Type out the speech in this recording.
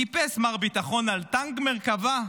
טיפס מר ביטחון על טנק מרכבה,